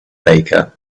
baker